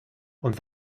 und